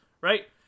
Right